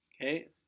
Okay